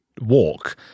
walk